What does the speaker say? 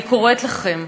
אני קוראת לכם,